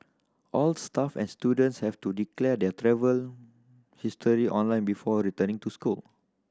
all staff and students have to declare their travel history online before returning to school